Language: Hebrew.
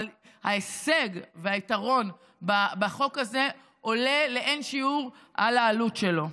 אבל ההישג והיתרון בחוק הזה עולה לאין-שיעור על העלות שלו.